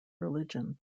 religion